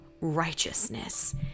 righteousness